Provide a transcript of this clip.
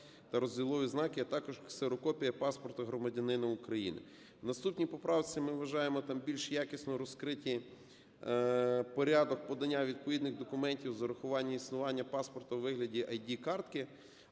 та розділові знаки ", а також ксерокопія паспорта громадянина України". В наступній поправці, ми вважаємо, там більш якісно розкриті порядок подання відповідних документів з урахуванням існування паспорта у вигляді ID-картки.